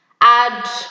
add